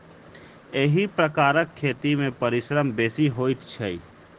एहि प्रकारक खेती मे परिश्रम बेसी होइत छै